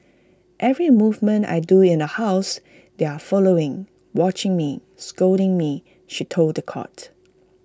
every movement I do in the house they are following watching me scolding me she told The Court